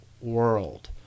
world